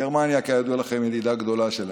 גרמניה, כידוע לכם, היא ידידה גדולה שלנו.